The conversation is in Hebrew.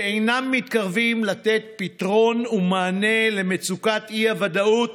שאינם מתקרבים לתת פתרון ומענה למצוקת האי-ודאות